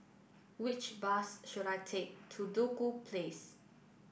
which bus should I take to Duku Place